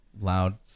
Loud